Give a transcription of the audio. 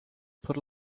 put